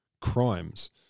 crimes